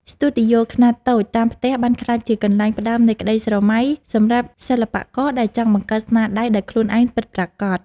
ស្ទូឌីយោខ្នាតតូចតាមផ្ទះបានក្លាយជាកន្លែងផ្ដើមនៃក្ដីស្រមៃសម្រាប់សិល្បករដែលចង់បង្កើតស្នាដៃដោយខ្លួនឯងពិតប្រាកដ។